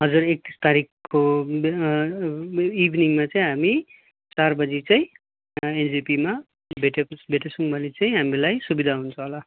हजुर एकतिस तारिखको बेल इभिनिङमा चाहिँ हामी चार बजी चाहिँ एनजेपीमा भेटे भेटेछौँ भने चाहिँ हामीलाई सुविधा हुन्छ होला